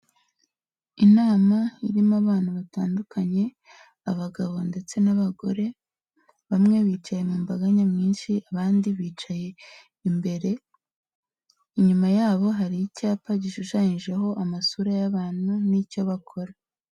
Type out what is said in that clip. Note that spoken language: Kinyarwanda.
Inama irimo abana batandukanye, abagabo ndetse n'abagore bamwe bicaye mu mbaga nyamwinshi abandi bicaye imbere, inyuma yabo hari icyapa gishushanyijeho amasura y'abantu n'icyo bakora.